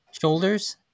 Shoulders